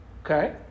Okay